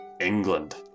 England